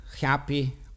happy